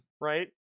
right